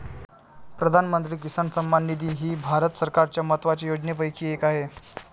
प्रधानमंत्री किसान सन्मान निधी ही भारत सरकारच्या महत्वाच्या योजनांपैकी एक आहे